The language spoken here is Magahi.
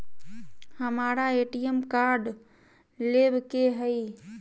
हमारा ए.टी.एम कार्ड लेव के हई